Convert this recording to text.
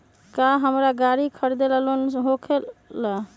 का हमरा गारी खरीदेला लोन होकेला?